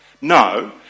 No